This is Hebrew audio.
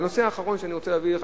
והנושא האחרון שאני רוצה להביא לפניך,